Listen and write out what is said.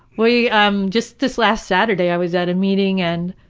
we um just this last saturday i was at a meeting and